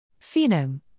Phenome